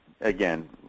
again